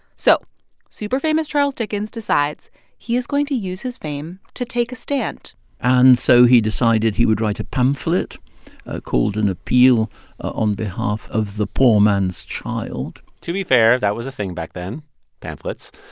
so super famous charles dickens decides he is going to use his fame to take a stand and so he decided he would write a pamphlet ah called an appeal on behalf of the poor man's child. to be fair, that was a thing back then pamphlets.